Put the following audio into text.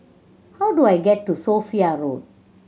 how do I get to Sophia Road